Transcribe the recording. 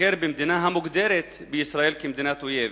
לבקר במדינה המוגדרת בישראל כמדינת אויב.